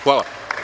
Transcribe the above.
Hvala.